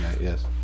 yes